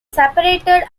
separated